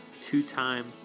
two-time